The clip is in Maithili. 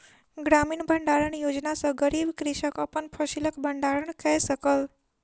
ग्रामीण भण्डारण योजना सॅ गरीब कृषक अपन फसिलक भण्डारण कय सकल